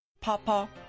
Papa